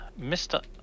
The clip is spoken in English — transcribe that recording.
Mr